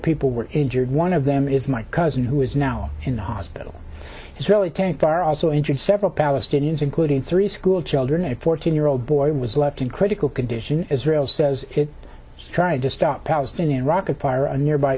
people were injured one of them is my cousin who is now in the hospital israeli tanks are also injured several palestinians including three school children a fourteen year old boy was left in critical condition israel says it tried to stop palestinian rocket fire a nearby